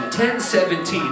1017